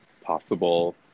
possible